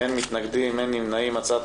הצבעה בעד,